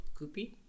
goopy